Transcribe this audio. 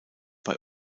bei